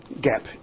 gap